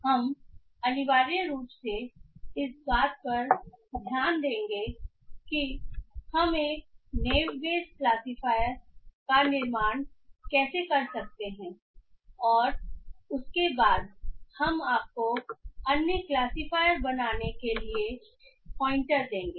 इसलिए हम अनिवार्य रूप से इस बात पर ध्यान देंगे कि हम एक नेव बेस क्लासिफायर का निर्माण कैसे कर सकते हैं और उसके बाद हम आपको अन्य क्लासिफायर बनाने के लिए प्वाइंटर देंगे